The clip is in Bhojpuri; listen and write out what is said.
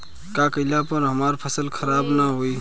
का कइला पर हमार फसल खराब ना होयी?